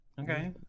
Okay